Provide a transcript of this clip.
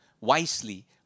wisely